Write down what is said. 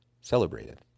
celebrated